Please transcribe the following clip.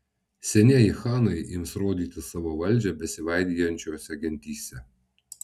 senieji chanai ims rodyti savo valdžią besivaidijančiose gentyse